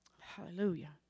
Hallelujah